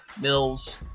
Mills